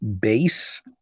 base